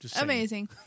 Amazing